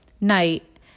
night